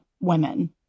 women